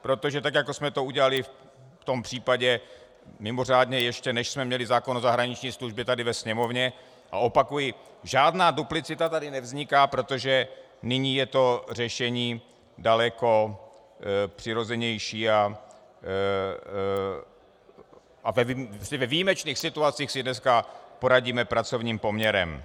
Protože tak jako jsme to udělali v tom případě ještě mimořádně, než jsme měli zákon o zahraniční službě tady ve Sněmovně a opakuji, žádná duplicita tady nevzniká, protože nyní je to řešení daleko přirozenější a ve výjimečných situacích si dneska poradíme pracovním poměrem.